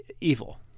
evil